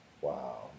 Wow